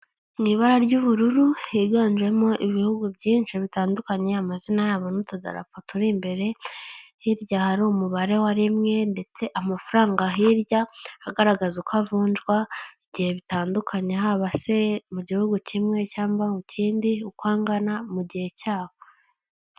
Mu ibara ry'ubururu higanjemo ibihugu byinshi bitandukanye amazina yabo n'utudalapa turi imbere hirya hari umubare wa rimwe ndetse amafaranga hirya agaragaza uko avunjwa igihe bitandunye, haba mu gihugu kimwe cyangwa mu kindi uko angana mu gihe cyaho.